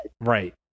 right